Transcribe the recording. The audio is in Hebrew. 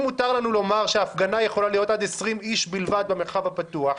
אם מותר לנו לומר שהפגנה יכולה להיות עד 20 אנשים בלבד במרחב הפתוח,